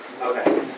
Okay